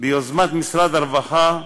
ביוזמת משרד הרווחה,